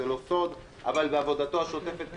זאת אומרת שאנחנו בעצם לא אמורים לעשות שום דבר.